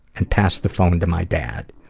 and passed the phone to my dad